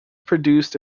produced